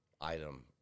item